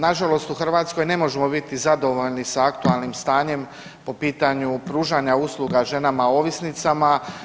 Nažalost u Hrvatskoj ne možemo biti zadovoljni sa aktualnim stanjem po pitanju pružanja usluga ženama ovisnicima.